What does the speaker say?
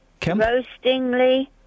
...roastingly